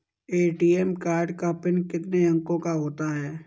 ATM card का PIN कितने अंकों का होता है?